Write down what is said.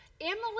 Emily